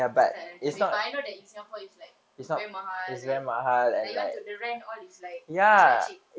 start a cafe but I know that in singapore is like very mahal like like you want to the rent all is like it's not cheap